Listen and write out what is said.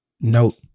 note